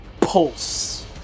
pulse